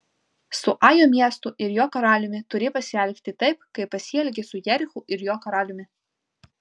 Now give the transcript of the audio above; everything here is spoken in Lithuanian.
su ajo miestu ir jo karaliumi turi pasielgti taip kaip pasielgei su jerichu ir jo karaliumi